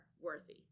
worthy